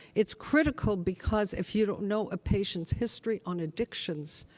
it's critical because if you don't know a patient's history on addictions,